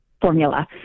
formula